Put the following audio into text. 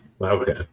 okay